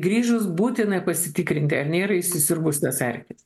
grįžus būtina pasitikrinti ar nėra įsisiurbusios erkės